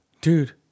Dude